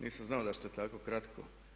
Nisam znao da ćete tako kratko.